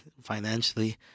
financially